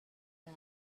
man